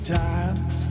times